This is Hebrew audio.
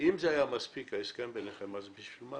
אם ההסכם בינכם היה מספיק אז בשביל מה